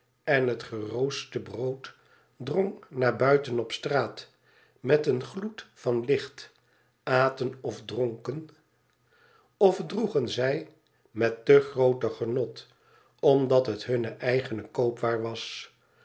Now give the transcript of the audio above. en het gerooste brood drong naar buiten op straat met een gloed van licht aten of dronken of droegen zij met te grooter genot omdat het hunne eigene koopwaar was